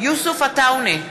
יוסף עטאונה,